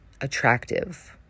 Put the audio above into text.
attractive